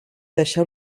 deixeu